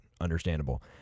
understandable